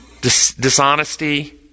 dishonesty